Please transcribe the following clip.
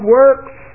works